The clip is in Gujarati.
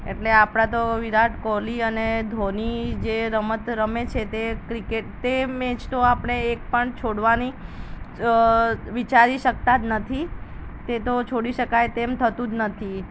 એટલે આપણે તો વિરાટ કોહલી અને ધોની જે રમત રમે છે તે ક્રિકેટ તે મેચ તો આપણે એકપણ છોડવાની વિચારી શકતા જ નથી તે તો છોડી શકાય તેમ થતું જ નથી